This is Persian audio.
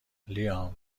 لیام